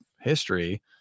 history